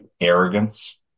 Arrogance